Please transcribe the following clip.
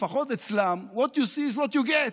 לפחות אצלם What you see is what you get.